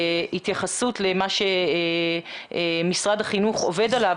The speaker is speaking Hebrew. בהתייחסות למה שמשרד החינוך עובד עליו,